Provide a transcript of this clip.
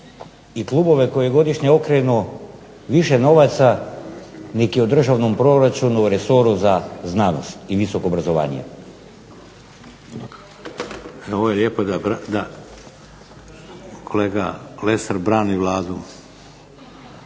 i klubove koji godišnje okrenu više novaca nego je u državnom proračunu, resoru za znanost i visoko obrazovanje. **Šeks, Vladimir (HDZ)** Ovo je lijepo da kolega Lesar brani Vladu.